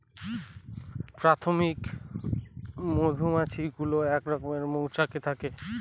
প্রাথমিক মধুমাছি গুলো এক রকমের মৌচাকে থাকে